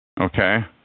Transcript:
Okay